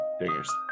Dinger's